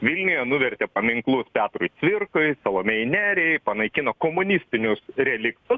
vilniuje nuvertė paminklus petrui cvirkai salomėjai neriai panaikino komunistinius reliktus